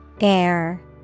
Air